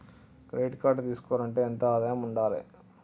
Credit card తీసుకోవాలంటే ఎంత ఆదాయం ఉండాలే?